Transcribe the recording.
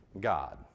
God